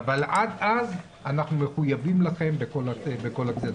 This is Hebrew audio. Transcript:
אבל עד אז אנחנו מחויבים לכם בכל הצעדים.